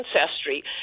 Ancestry